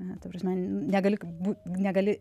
na ta prasme negali bū negali